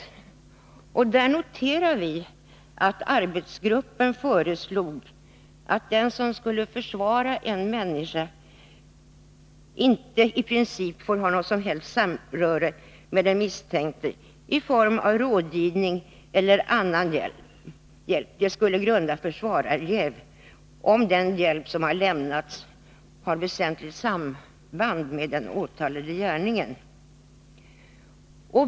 I reservationen noterar vi att arbetsgruppen föreslog att den som skall försvara en misstänkt i princip inte får ha något samröre med den misstänkte i form av rådgivning eller annan hjälp. Det skall grunda försvararjäv, om den hjälp som har lämnats har väsentligt samband med den åtalade gärningen.